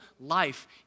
life